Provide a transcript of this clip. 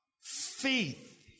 faith